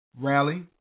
rally